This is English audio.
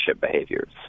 behaviors